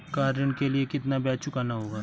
Car ऋण के लिए कितना ब्याज चुकाना होगा?